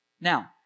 Now